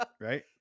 right